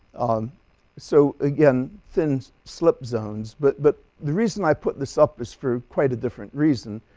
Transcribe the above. so again thin slip zones. but but the reason i put this up is for quite a different reason.